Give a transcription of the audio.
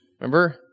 Remember